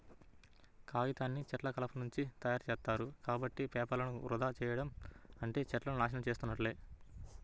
కాగితాన్ని చెట్ల కలపనుంచి తయ్యారుజేత్తారు, కాబట్టి పేపర్లను వృధా చెయ్యడం అంటే చెట్లను నాశనం చేసున్నట్లే